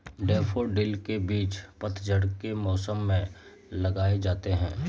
daffodil के बीज पतझड़ के मौसम में लगाए जाते हैं